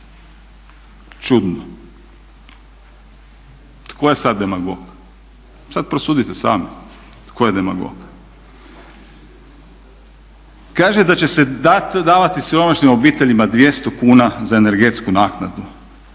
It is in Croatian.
Čudno! Tko je sad demagog? Sad prosudite sami tko je demagog. Kaže da će se davati siromašnim obiteljima 200 kn za energetsku naknadu